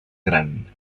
gran